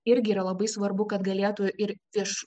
irgi yra labai svarbu kad galėtų ir iš